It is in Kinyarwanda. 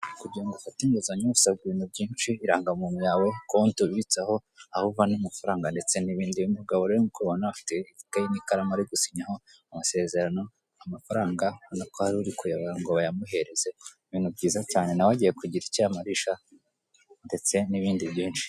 Kugira ngo ufate inguzanyo usabwa ibintu byinshi: irangamuntu yawe, konte ubitsaho, aho uvana amafaranga ndetse n'ibindi. Uyu mugabo rero nk'uko mubibona afite ikayi n'ikaramu ari gusinyaho amasezerano, amafaranga ubonye ko hari uri kuyabara ngo bayamuhereze, ibintu byiza cyane! Na we agiye kugira icyo ayamarisha, ndetse n'ibindi byinshi.